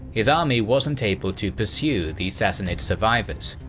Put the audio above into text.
his army wasn't able to pursue the sassanid survivors.